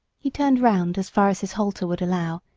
he turned round as far as his halter would allow,